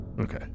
Okay